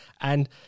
And-